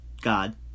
God